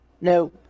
No